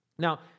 Now